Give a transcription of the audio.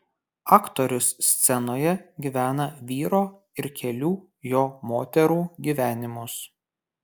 aktorius scenoje gyvena vyro ir kelių jo moterų gyvenimus